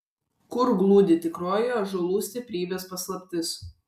kur glūdi tikroji ąžuolų stiprybės paslaptis